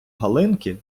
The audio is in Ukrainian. галинки